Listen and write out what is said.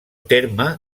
terme